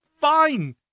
fine